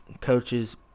coaches